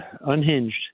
unhinged